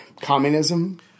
communism